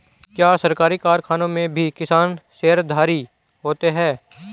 क्या सरकारी कारखानों में भी किसान शेयरधारी होते हैं?